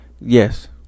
Yes